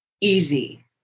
easy